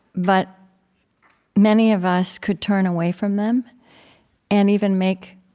but many of us could turn away from them and even make